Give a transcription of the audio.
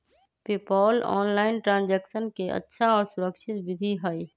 PayPal online transaction के अच्छा और सुरक्षित विधि हई